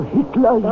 Hitler